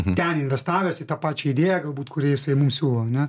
ten investavęs į tą pačią idėją galbūt kurią jis mum siūlo ne